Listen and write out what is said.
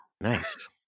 Nice